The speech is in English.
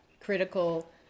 critical